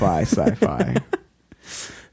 sci-fi